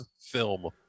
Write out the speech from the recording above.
film